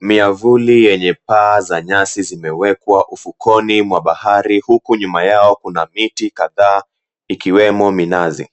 Miavuli yenye paa za nyasi zimewekwa ufukweni mwa bahari, huku nyuma yao kuna miti kadhaa ikiwemo minazi.